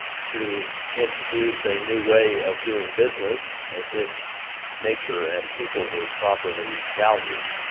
to introduce a new way of doing business as if nature, and people were properly valued,